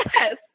Yes